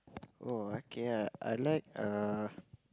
oh okay ah I like err